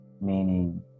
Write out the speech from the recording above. meaning